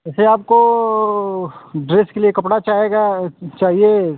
वैसे आपको ड्रेस के लिए कपड़ा चाहेगा चाहिए